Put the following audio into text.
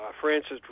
Francis